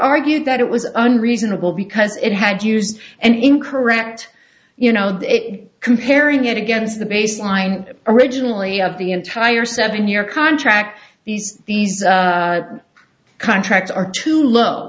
argued that it was unreadable because it had used and incorrect you know comparing it against the baseline originally of the entire seven year contract these these contracts are to lo